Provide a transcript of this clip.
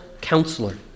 Counselor